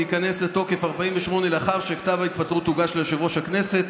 זה ייכנס לתוקף 48 שעות לאחר שכתב ההתפטרות הוגש ליושב-ראש הכנסת.